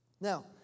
Now